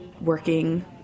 working